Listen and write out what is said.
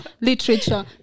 literature